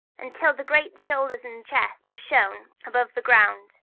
until the great shoulders and chest were shown above the ground.